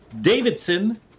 Davidson